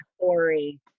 story